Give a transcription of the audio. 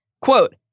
quote